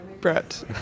Brett